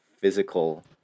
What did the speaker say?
physical